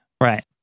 Right